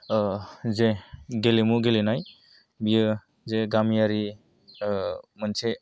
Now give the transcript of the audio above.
जे गेलेमु गेलेनाय बियो जे गामियारि मोनसे